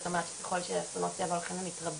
זאת אומרת ככל שאסונות טבע הולכים ומתרבים